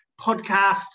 podcast